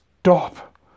Stop